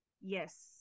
Yes